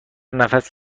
نفس